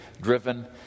driven